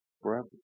Forever